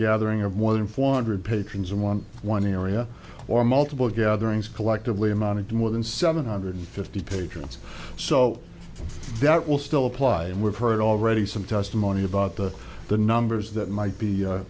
gathering of more than four hundred patrons in one one area or multiple gatherings collectively amounted to more than seven hundred fifty patrons so that will still apply and we've heard already some testimony about the the numbers that might be